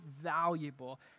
valuable